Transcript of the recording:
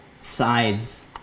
sides